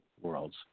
worlds